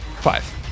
Five